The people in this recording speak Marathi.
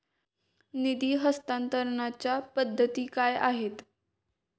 निधी हस्तांतरणाच्या पद्धती काय आहेत?